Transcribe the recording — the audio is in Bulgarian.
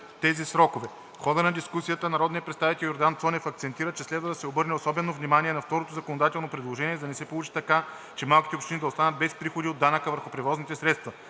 2026 г. В хода на дискусията народният представител Йордан Цонев акцентира, че следва да се обърне особено внимание на второто законодателно предложение, за да не се получи така, че малките общини да останат без приходи от данъка върху превозните средства.